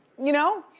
you know?